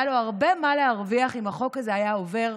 היה לו הרבה מה להרוויח אם החוק הזה היה עובר,